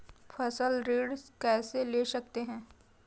फसल ऋण कैसे ले सकते हैं?